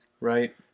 Right